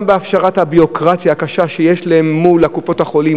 גם בהפשרת הביורוקרטיה הקשה שיש להם מול קופות-החולים